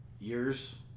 years